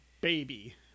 baby